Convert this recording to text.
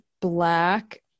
black